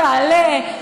תעלה,